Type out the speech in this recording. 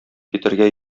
китәргә